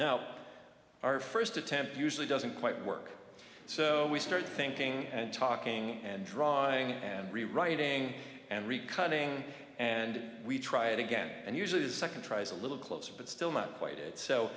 now our first attempt usually doesn't quite work so we start thinking and talking and drawing and rewriting and reconning and we try it again and usually the second tries a little closer but still not quite it so